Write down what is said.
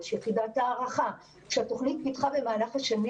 יש את יחידת ההערכה שהתוכנית פיתחה במהלך השנים